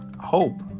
hope